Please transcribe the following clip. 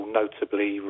notably